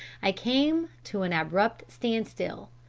i came to an abrupt standstill,